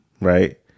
Right